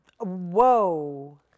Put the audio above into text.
Whoa